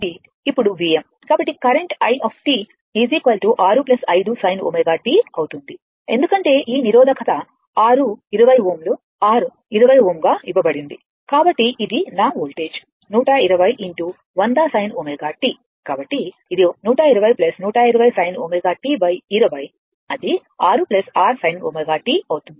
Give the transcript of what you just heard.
కాబట్టి current i 6 5 sin ω t అవుతుంది ఎందుకంటే ఈ నిరోధకత R 20Ω R 20 Ωగా ఇవ్వబడింది మరియు ఇది నా వోల్టేజ్ 120 100 sin ωt కాబట్టి ఇది 120 120 sin ω t 20 అది 6 6 sin ω t అవుతుంది